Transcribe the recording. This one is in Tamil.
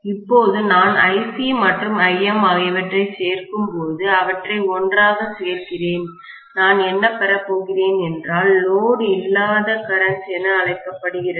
இப்போது நான் IC மற்றும் Im ஆகியவற்றைச் சேர்க்கும்போது அவற்றை ஒன்றாகச் சேர்க்கிறேன் நான் என்ன பெறப் போகிறேன் என்றால் லோடு இல்லாத கரண்ட்மின்னோட்டம் என அழைக்கப்படுகிறது